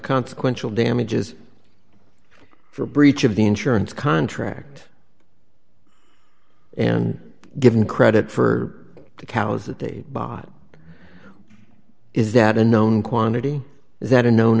consequential damages for breach of the insurance contract and given credit for the cows that they bought is that a known quantity is that a known